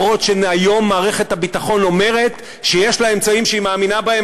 אף שהיום מערכת הביטחון אומרת שיש לה אמצעים שהיא מאמינה בהם,